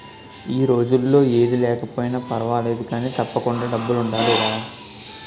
ఈ రోజుల్లో ఏది లేకపోయినా పర్వాలేదు కానీ, తప్పకుండా డబ్బులుండాలిరా